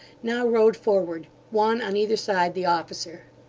now rode forward, one on either side the officer.